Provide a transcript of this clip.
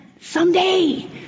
Someday